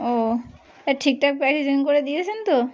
ও আর ঠিকঠাক প্যাকেজিং করে দিয়েছেন তো